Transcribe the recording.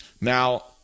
Now